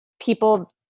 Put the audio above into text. people